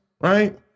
right